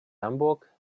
hamburg